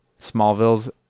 Smallville's